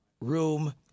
room